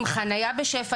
עם חניה בשפע,